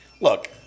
Look